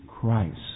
Christ